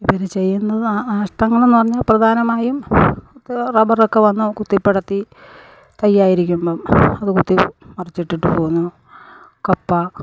ഇവര് ചെയ്യുന്നത് ആ നഷ്ടങ്ങളെന്നുപറഞ്ഞ പ്രധാനമായും റബ്ബർ ഒക്കെ വന്ന് കുത്തിപടത്തി തൈ ആയിരിക്കുമ്പം അത് കുത്തി മറിച്ചിട്ടിട്ട് പോകുന്നു കപ്പ